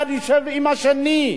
האחד ישב עם השני,